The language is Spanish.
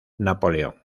napoleón